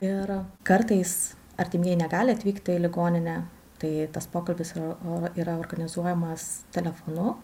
ir kartais artimieji negali atvykti į ligoninę tai tas pokalbis yra yra organizuojamas telefonu